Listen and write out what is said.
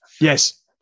Yes